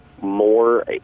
more